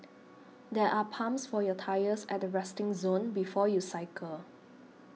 there are pumps for your tyres at the resting zone before you cycle